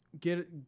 get